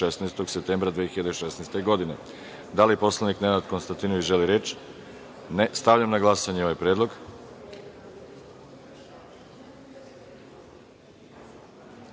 16. septembra 2016. godine. Da li poslanik Nenad Konstantinović želi reč? (Ne.)Stavljam na glasanje ovaj